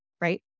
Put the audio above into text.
right